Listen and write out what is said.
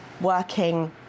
working